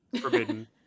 Forbidden